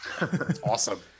awesome